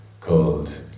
called